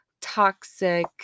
toxic